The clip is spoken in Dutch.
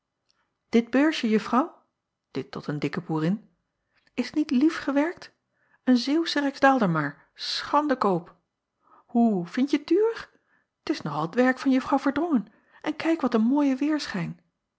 it beursje uffrouw dit tot een dikke boerin is t niet lief gewerkt en eeuwsche rijksdaalder maar schandekoop oe vindje t duur t is nog al het werk van uffrouw erdrongen en kijk wat een mooien